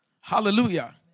Hallelujah